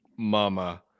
Mama